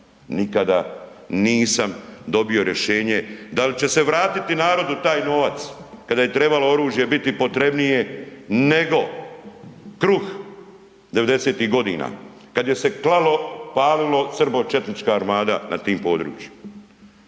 nikada nisam dobio rješenje da li će se vratiti narodu taj novac, kada je trebalo oružje biti potrebnije nego kruh '90. godina kad je se klalo, palilo, srbočetnička armada na tim područjima.